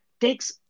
takes